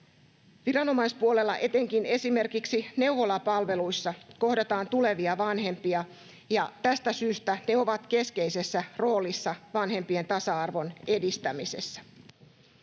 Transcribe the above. Viranomaispuolella, etenkin esimerkiksi neuvolapalveluissa, kohdataan tulevia vanhempia, ja tästä syystä ne ovat keskeisessä roolissa vanhempien tasa-arvon edistämisessä.